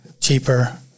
cheaper